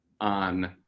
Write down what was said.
on